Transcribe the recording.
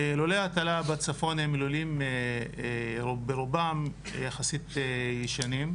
לולי ההטלה בצפון הם לולים שברובם, יחסית ישנים,